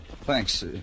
Thanks